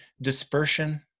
dispersion